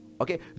okay